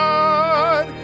God